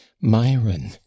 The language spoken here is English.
Myron